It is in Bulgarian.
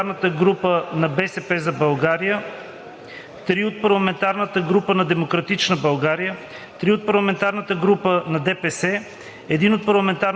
4 от парламентарната група на „БСП за България“, 3 от парламентарната група на „Демократична България“, 3 от парламентарната група на